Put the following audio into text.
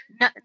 No